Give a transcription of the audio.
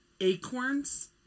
Acorns